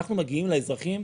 אנחנו מגיעים לאזרחים,